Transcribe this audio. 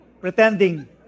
Pretending